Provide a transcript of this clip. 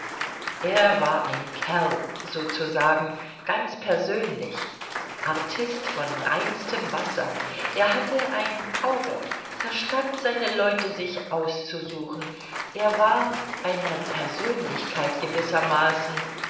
er war ein kerl sozusagen ganz persönlich artist von reinstem wasser er hatte ein auge verstand seine leute sich auszusuchen er war eine persönlichkeit gewissermaßen